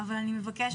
אבל אני מבקשת.